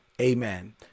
amen